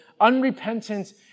unrepentant